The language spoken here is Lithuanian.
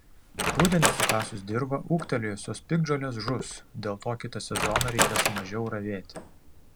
rudenį sukasus dirvą ūgtelėjusios piktžolės žus dėl to kitą sezoną reikės mažiau ravėti